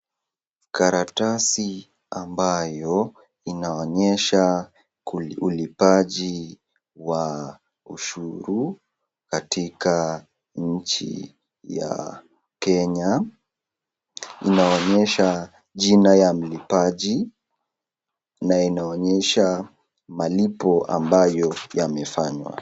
Karatasi ambao inaonyesha ulipaji wa ushuru katika nchi ya kenya inaonyesha jina ya mlipaji na inaonyesha malipo ambayo yamefanywa.